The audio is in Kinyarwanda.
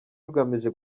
rugamije